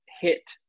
hit